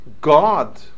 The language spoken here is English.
god